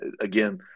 again